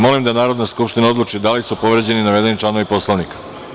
Molim da Narodna skupština odluči da li su povređeni navedeni članovi Poslovnika.